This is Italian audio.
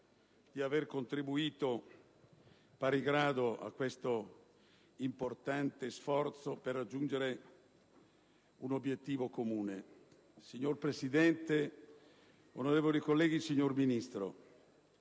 di aver contribuito in pari grado a questo importante sforzo per raggiungere un obiettivo comune. Signor Presidente, onorevoli colleghi, signor Ministro,